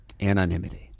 anonymity